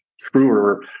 truer